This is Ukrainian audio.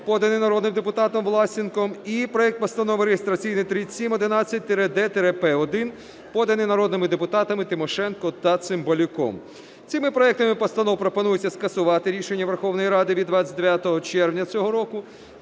поданий народним депутатом Власенком, і проект Постанови реєстраційний 3711-д-П1, поданий народними депутатами Тимошенко та Цимбалюком. Цими проектами постанов пропонується скасувати рішення Верховної Ради від 29 червня цього року